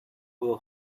will